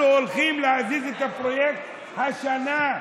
אנחנו הולכים להזיז את הפרויקט השנה.